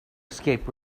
escaped